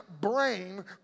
brain